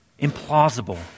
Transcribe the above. implausible